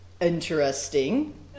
interesting